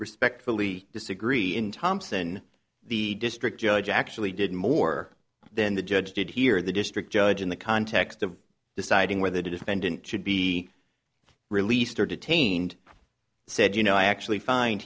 respectfully disagree in thompson the district judge actually did more than the judge did here the district judge in the context of deciding where the defendant should be released or detained said you know i actually find